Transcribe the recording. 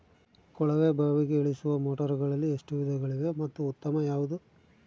ಕೊಳವೆ ಬಾವಿಗೆ ಇಳಿಸುವ ಮೋಟಾರುಗಳಲ್ಲಿ ಎಷ್ಟು ವಿಧಗಳಿವೆ ಮತ್ತು ಉತ್ತಮ ಯಾವುದು?